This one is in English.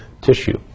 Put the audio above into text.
tissue